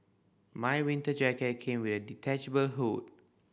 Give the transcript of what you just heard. my winter jacket came with the detachable hood